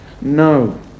No